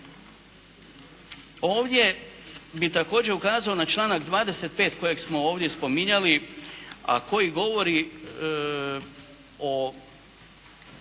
Ovdje bi također ukazao na članak 25. kojeg smo ovdje spominjali, a koji govori o